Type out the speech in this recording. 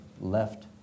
left